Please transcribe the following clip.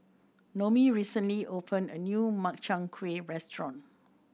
Noemie recently opened a new Makchang Gui restaurant